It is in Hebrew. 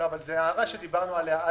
אבל זו הערה שדיברנו עליה אז.